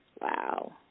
Wow